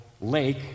lake